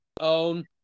own